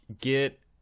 Get